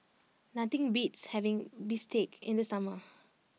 nothing beats having Bistake in the summer